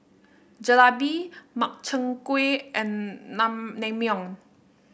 Jalebi Makchang Gui and none Naengmyeon